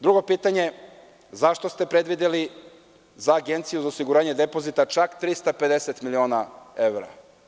Drugo pitanje – zašto ste predvideli za Agenciju za osiguranje depozita čak 350 miliona evra?